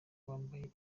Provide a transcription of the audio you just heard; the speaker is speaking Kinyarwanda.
bambaye